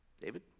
David